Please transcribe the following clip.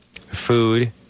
food